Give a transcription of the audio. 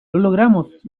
logramos